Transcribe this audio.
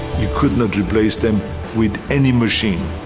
you could not replace them with any machine.